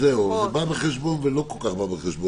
אז זהו, זה בא בחשבון ולא כל כך בא בחשבון.